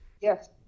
Yes